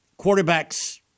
quarterbacks